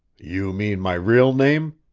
you mean my real name?